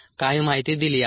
काही माहिती दिली आहे